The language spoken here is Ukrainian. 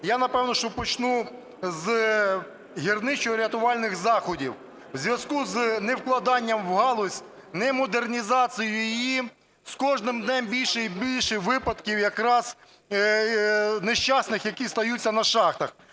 я, напевне що, почну з гірничорятувальних заходів. У зв'язку з невкладанням у галузь, немодернізацію її з кожним днем більше і більше випадків якраз нещасних, які стаються на шахтах.